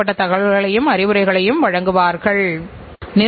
ஆகவே அது பயனுள்ள விலையா